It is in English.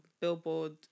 billboard